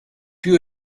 più